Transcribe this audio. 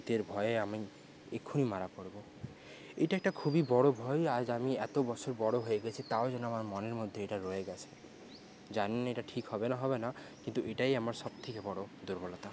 ভূতের ভয়ে আমি এক্ষুনি মারা পরবো এইটা একটা খুবই বড়ো ভয় আজ আমি এতো বছর বড়ো হয়ে গেছি তাও যেন আমার মনের মধ্যে এটা রয়ে গেছে জানি না এটা ঠিক হবে না হবে না কিন্তু এটাই আমার সবথেকে বড়ো দুর্বলতা